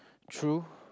true